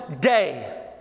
day